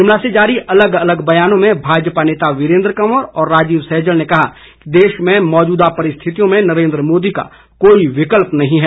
शिमला से जारी अलग अलग बयानों में भाजपा नेता वीरेन्द्र कंवर और राजीव सहजल ने कहा है कि देश में मौजूदा परिस्थितियों में नरेन्द्र मोदी का कोई विकल्प नहीं है